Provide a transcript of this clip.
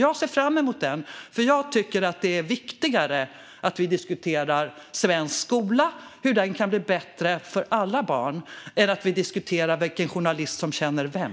Jag ser fram emot den, eftersom jag tycker att det är viktigare att vi diskuterar svensk skola och hur den kan bli bättre för alla barn än att vi i denna kammare diskuterar vilken journalist som känner vem.